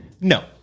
No